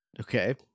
Okay